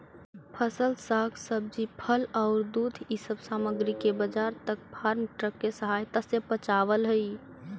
फसल, साग सब्जी, फल औउर दूध इ सब सामग्रि के बाजार तक फार्म ट्रक के सहायता से पचावल हई